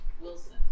Wilson